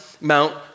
Mount